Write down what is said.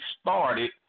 started